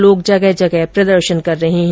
लोग जगह जगह प्रदर्शन कर रहे है